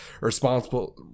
responsible